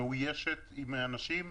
מאוישת באנשים,